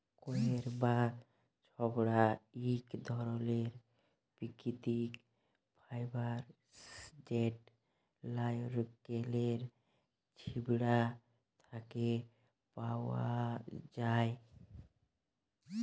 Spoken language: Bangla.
কইর বা ছবড়া ইক ধরলের পাকিতিক ফাইবার যেট লাইড়কেলের ছিবড়া থ্যাকে পাউয়া যায়